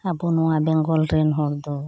ᱟᱵᱚ ᱱᱚᱣᱟ ᱵᱮᱝᱜᱚᱞ ᱨᱮᱱ ᱦᱚᱲ ᱫᱚ